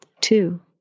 Two